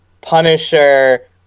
Punisher